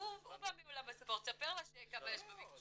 --- הוא בא מעולם הספורט, ספר לה כמה יש במקצוע.